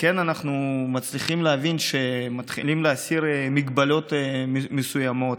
אנחנו כן מצליחים להבין שמתחילים להסיר מגבלות מסוימות,